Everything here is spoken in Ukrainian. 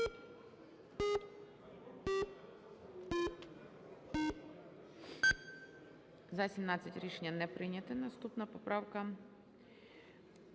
За-17 Рішення не прийнято. Наступна поправка